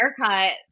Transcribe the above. haircut